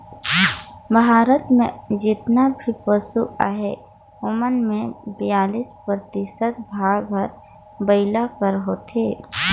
भारत में जेतना भी पसु अहें ओमन में बियालीस परतिसत भाग हर बइला कर होथे